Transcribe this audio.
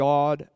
God